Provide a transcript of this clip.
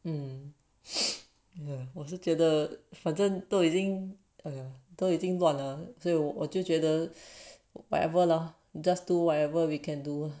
嗯嗯我是觉得反正都已经都已经断了 so 我就觉得 whatever lah just do whatever we can do